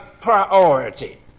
priority